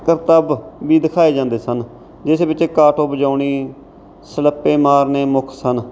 ਕਰਤੱਬ ਵੀ ਦਿਖਾਏ ਜਾਂਦੇ ਸਨ ਜਿਸ ਵਿੱਚ ਕਾਟੋ ਵਜਾਉਣੀ ਸਲੱਪੇ ਮਾਰਨੇ ਮੁੱਖ ਸਨ